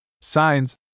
signs